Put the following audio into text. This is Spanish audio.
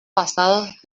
pasados